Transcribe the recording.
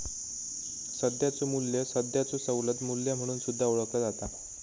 सध्याचो मू्ल्य सध्याचो सवलत मू्ल्य म्हणून सुद्धा ओळखला जाता